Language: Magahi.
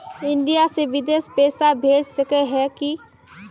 इंडिया से बिदेश पैसा भेज सके है की?